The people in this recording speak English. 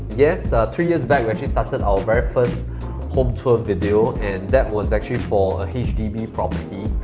yes, three years back we actually started our very first home tour video and that was actually for a hdb property,